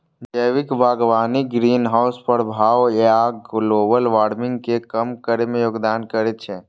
जैविक बागवानी ग्रीनहाउस प्रभाव आ ग्लोबल वार्मिंग कें कम करै मे योगदान करै छै